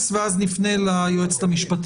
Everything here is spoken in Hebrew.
הוא רשום כבן זוגה?